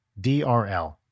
DRL